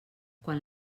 quan